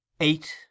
Eight